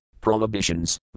prohibitions